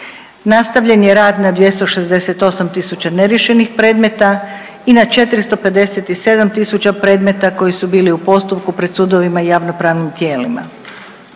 Nastavljen je rad na 268 tisuća neriješenih predmeta i na 457 tisuća predmeta koji su bili u postupku pred sudovima i javnopravnim tijelima.